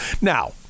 Now